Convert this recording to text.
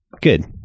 good